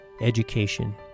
education